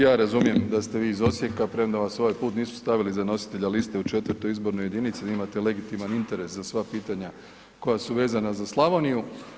Ja razumijem da ste vi iz Osijeka premda vas ovaj put nisu stavili za nositelja liste u 4. izbornoj jedinici i da imate legitiman interes za sva pitanja koja su vezana za Slavoniju.